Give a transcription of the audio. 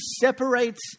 separates